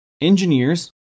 engineers